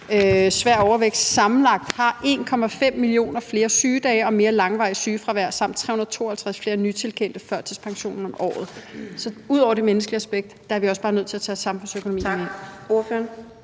svær overvægt sammenlagt har 1,5 millioner flere sygedage, mere langvarigt sygefravær, og at der er 352 flere nytilkendte førtidspensioner om året. Så ud over det menneskelige aspekt er vi også bare nødt til at tage samfundsøkonomien med